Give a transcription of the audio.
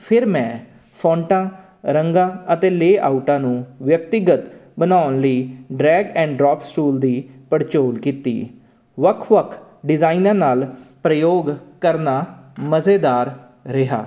ਫਿਰ ਮੈਂ ਫੋਂਟਾ ਰੰਗਾਂ ਅਤੇ ਲੇ ਆਊਟਾਂ ਨੂੰ ਵਿਅਕਤੀਗਤ ਬਣਾਉਣ ਲਈ ਡਰੈਕ ਐਂਡ ਡਰੋਪ ਸਟੂਲ ਦੀ ਪੜਚੋਲ ਕੀਤੀ ਵੱਖ ਵੱਖ ਡਿਜਾਇਨਾਂ ਨਾਲ ਪ੍ਰਯੋਗ ਕਰਨਾ ਮਜ਼ੇਦਾਰ ਰਿਹਾ